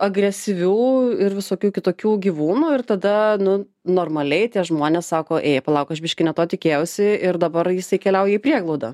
agresyvių ir visokių kitokių gyvūnų ir tada nu normaliai tie žmonės sako ei palauk aš biškį ne to tikėjausi ir dabar jisai keliauja į prieglaudą